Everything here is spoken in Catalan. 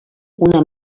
una